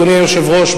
אדוני היושב-ראש,